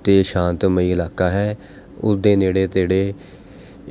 ਅਤੇ ਸ਼ਾਂਤਮਈ ਇਲਾਕਾ ਹੈ ਉਸਦੇ ਨੇੜੇ ਤੇੜੇ